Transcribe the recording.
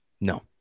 No